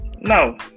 No